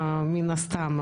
מן הסתם.